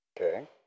Okay